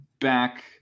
back